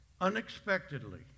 unexpectedly